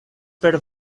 per